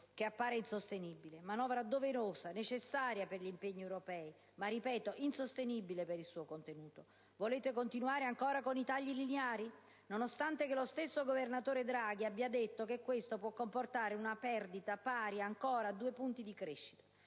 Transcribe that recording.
che appare insostenibile: manovra doverosa e necessaria per gli impegni europei, ma - ripeto - insostenibile per il suo contenuto. Volete continuare ancora con i tagli lineari, nonostante lo stesso governatore Draghi abbia detto che questo può comportare una perdita pari a 2 punti di crescita?